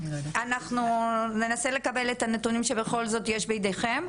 אנחנו ננסה לקבל את הנתונים שבכל זאת יש בידיכם.